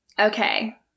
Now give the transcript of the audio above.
okay